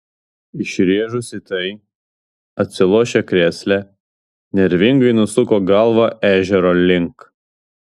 išrėžusi tai atsilošė krėsle nervingai nusuko galvą ežero link